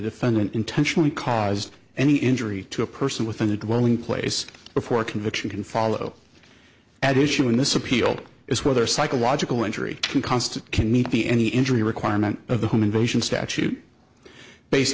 defendant intentionally caused any injury to a person within a glowing place before a conviction can follow at issue in this appeal is whether psychological injury can constitute can meet the any injury requirement of the home invasion statute based